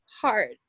hard